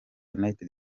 united